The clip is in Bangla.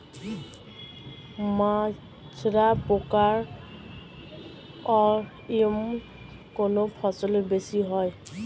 মাজরা পোকার আক্রমণ কোন ফসলে বেশি হয়?